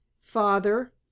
father